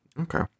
Okay